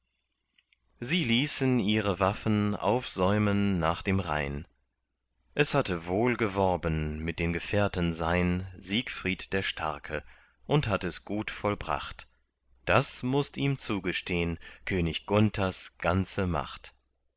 sie ließen ihre waffen aufsäumen nach dem rhein es hatte wohl geworben mit den gefährten sein siegfried der starke und hatt es gut vollbracht das mußt ihm zugestehn könig gunthers ganze macht